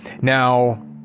Now